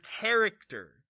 character